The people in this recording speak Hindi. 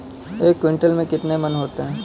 एक क्विंटल में कितने मन होते हैं?